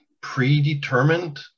predetermined